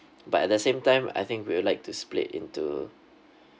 but at the same time I think we'll like to split into